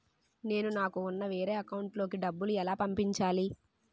నేను నాకు ఉన్న వేరే అకౌంట్ లో కి డబ్బులు ఎలా పంపించాలి?